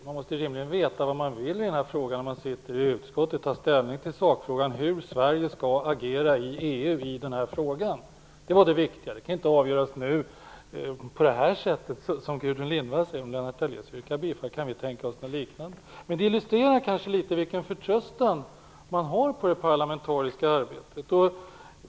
Om man sitter i utskottet måste man rimligen veta vad man vill och ta ställning till sakfrågan, dvs. hur Sverige skall agera i EU i den här frågan. Det var det viktiga. Det kan inte avgöras nu, på det sätt som Gudrun Lindvall talar om. Detta illustrerar kanske vilken förtröstan man har på det parlamentariska arbetet.